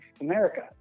America